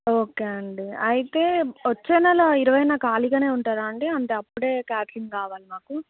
okay అండి అయితే వచ్చే నెల ఇరవైన ఖాళీగానే ఉంటారా అండి అంటే అప్పుడే క్యాటరింగ్ కావాలి మాకు